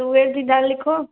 तुअर जी दाल लिखो